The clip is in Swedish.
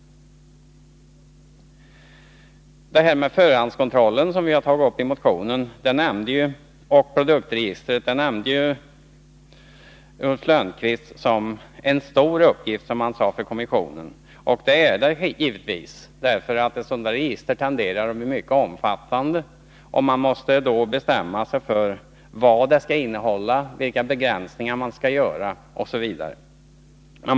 Det här med förhandskontroll och produktregister som vi har tagit upp i vår motion anser tydligen också Ulf Lönnqvist vara stora uppgifter för kommissionen. Så är det givetvis. Ett register av detta slag tenderar att bli mycket omfattande. Man måste bestämma sig för vad registret skall innehålla, vilka begränsningar som skall göras, osv.